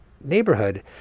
neighborhood